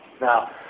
Now